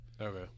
Okay